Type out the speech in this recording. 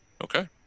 Okay